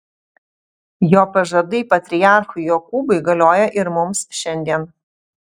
jo pažadai patriarchui jokūbui galioja ir mums šiandien